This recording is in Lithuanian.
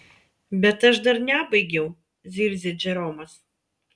bet aš dar nebaigiau zirzė džeromas